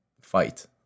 Fight